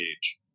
age